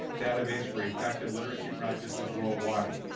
database for effective literacy practices worldwide.